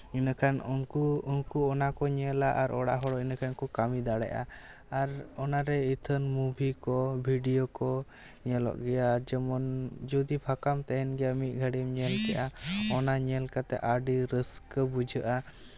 ᱮᱸᱰᱮ ᱠᱷᱟᱱ ᱩᱱᱠᱩ ᱩᱱᱠᱩ ᱚᱱᱟ ᱠᱚ ᱧᱮᱞᱟ ᱟᱨ ᱚᱲᱟᱜ ᱦᱚᱲ ᱮᱰᱮ ᱠᱷᱟᱱ ᱠᱚ ᱠᱟᱹᱢᱤ ᱫᱟᱲᱮᱜᱼᱟ ᱟᱨ ᱚᱱᱟᱨᱮ ᱟᱹᱛᱷᱟᱹᱱ ᱢᱩᱵᱷᱤ ᱠᱚ ᱵᱷᱤᱰᱭᱳ ᱠᱚ ᱧᱮᱞᱚᱜ ᱜᱮᱭᱟ ᱡᱮᱢᱚᱱ ᱡᱩᱫᱤ ᱯᱷᱟᱠᱟᱢ ᱛᱟᱦᱮᱱ ᱜᱮᱭᱟ ᱢᱤᱫ ᱜᱷᱟᱹᱲᱤᱢ ᱧᱮᱞ ᱠᱮᱜᱼᱟ ᱚᱱᱟ ᱧᱮᱞ ᱠᱟᱛᱮᱜ ᱟᱹᱰᱤ ᱨᱟᱥᱠᱟᱹ ᱵᱩᱡᱷᱟᱹᱜᱼᱟ